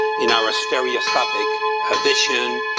in our stereoscopic vision,